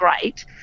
great